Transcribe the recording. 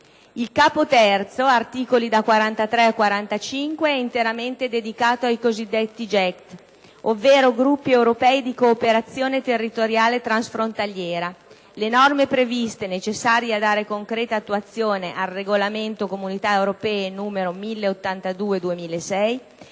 Il Capo III (articoli da 43 a 45) è interamente dedicato ai cosiddetti GECT (gruppi europei di cooperazione territoriale transfrontaliera): le norme previste, necessarie a dare concreta attuazione al regolamento (CE) n. 1082/2006,